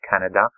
Canada